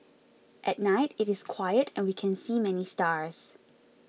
at night it is quiet and we can see many stars